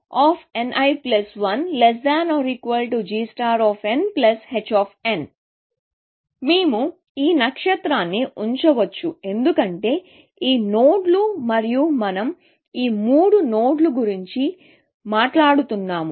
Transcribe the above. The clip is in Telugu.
కాబట్టి మనం gn11 hnl 1gh మేము ఈ నక్షత్రాన్ని ఉంచవచ్చు ఎందుకంటే ఈ నోడ్లు మరియు మనం ఈ మూడు నోడ్ల గురించి మాట్లాడుతున్నాము